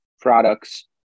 products